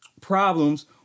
problems